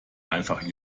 einfach